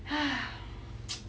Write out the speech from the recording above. !huh!